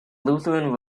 lutheran